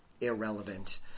irrelevant